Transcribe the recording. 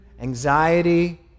anxiety